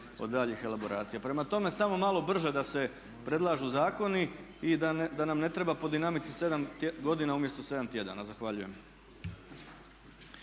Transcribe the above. od daljnjih elaboracija. Prema tome, samo malo brže da se predlažu zakoni i da nam ne treba po dinamici 7 godina umjesto 7 tjedana. Zahvaljujem.